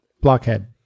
Blockhead